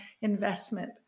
investment